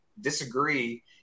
disagree